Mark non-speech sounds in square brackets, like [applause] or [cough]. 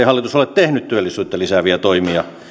[unintelligible] hallitus ole tehnyt työllisyyttä lisääviä toimia